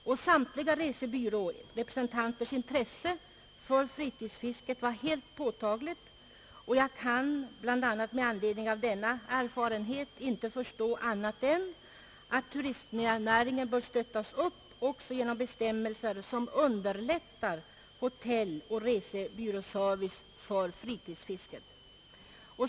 Hos samtliga representanter för resebyråerna var intresset för fritidsfiske mycket påtagligt. Jag kan bl.a. med utgångspunkt från denna erfarenhet inte förstå annat än att turistnäringen bör stöttas upp också genom bestämmelser som underlättar hotelloch resebyråservice för fritidsfiske.